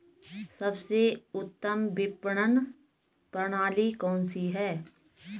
सबसे उत्तम विपणन प्रणाली कौन सी है?